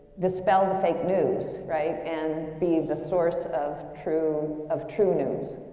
dispel the fake news, right, and be the source of true of true news,